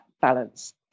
balance